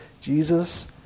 Jesus